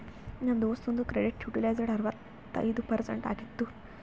ನಮ್ ದೋಸ್ತುಂದು credit utilized ಅರವತ್ತೈಯ್ದ ಪರ್ಸೆಂಟ್ ಆಗಿತ್ತು